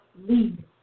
lead